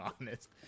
honest